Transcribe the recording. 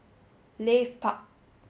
Leith Park